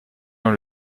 dans